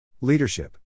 Leadership